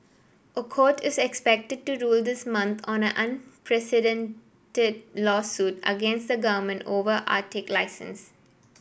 a court is expected to rule this month on an unprecedented lawsuit against the government over Arctic license